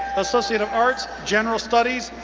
associate of arts, general studies.